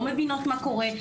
לא מבינות מה קורה.